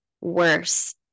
worse